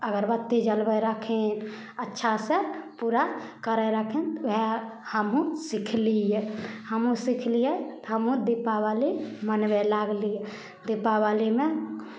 अगरबत्ती जलबै रहखिन अच्छासँ पूरा करै रहखिन उएह हमहूँ सिखलियै हमहूँ सिखलियै तऽ हमहूँ दीपावली मनबए लगलियै दीपावलीमे